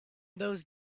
those